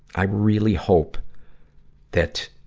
i really hope that,